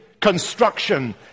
construction